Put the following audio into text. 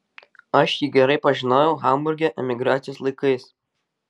aš jį gerai pažinojau hamburge emigracijos laikais